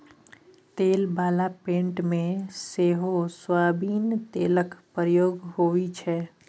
तेल बला पेंट मे सेहो सोयाबीन तेलक प्रयोग होइ छै